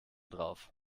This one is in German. drauf